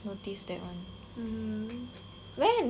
when when you started noticing oo in